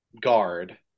guard